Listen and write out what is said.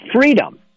freedom